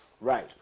Right